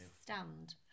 stand